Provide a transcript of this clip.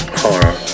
horror